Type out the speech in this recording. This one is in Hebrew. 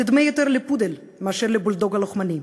תדמה יותר ל"פודל" מאשר ל"בולדוג" לוחמני.